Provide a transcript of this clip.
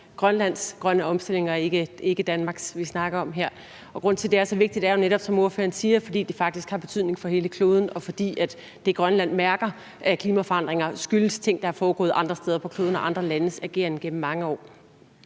Grønlands grønne omstilling og ikke Danmarks, vi snakker om her. Og grunden til, at det er så vigtigt, er jo netop, som ordføreren siger, at det faktisk har en betydning for hele kloden, og det, Grønland mærker af klimaforandringer, skyldes ting, der er foregået andre steder på kloden og andre landes ageren gennem mange år.